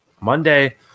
Monday